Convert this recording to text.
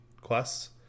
quests